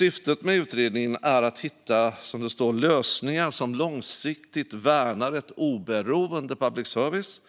Syftet med utredningen är att hitta lösningar som långsiktigt värnar ett oberoende public service.